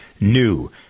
new